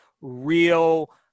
real